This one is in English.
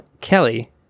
Kelly